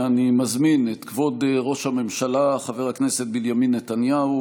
אני מזמין את כבוד ראש הממשלה חבר הכנסת בנימין נתניהו